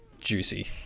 juicy